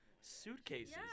Suitcases